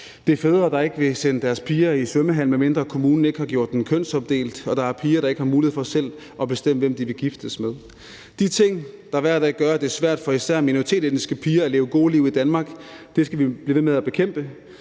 Der er fædre, der ikke vil sende deres piger i svømmehallen, medmindre kommunen har gjort den kønsopdelt, og der er piger, der ikke selv har mulighed for at bestemme, hvem de vil giftes med. De ting, der hver dag gør, at det er svært for især minoritetsetniske piger at leve gode liv i Danmark, skal vi blive ved med at bekæmpe.